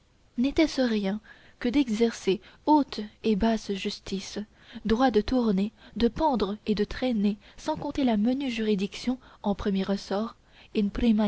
n'était-ce rien que d'exercer haute et basse justice droit de tourner de pendre et de traîner sans compter la menue juridiction en premier ressort in prima